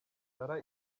sara